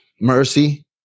mercy